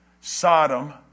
Sodom